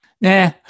Nah